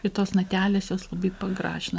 ir tos natelės jos labai pagražina